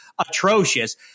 Atrocious